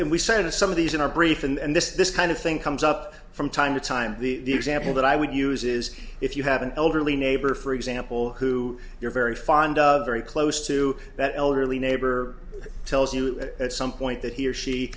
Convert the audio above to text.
to some of these in our brief and this this kind of thing comes up from time to time the example that i would use is if you have an elderly neighbor for example who you're very fond of very close to that elderly neighbor tells you it at some point that he or she